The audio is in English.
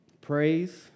Praise